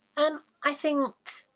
and i think